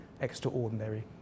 extraordinary